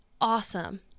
awesome